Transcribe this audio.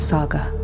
Saga